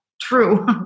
true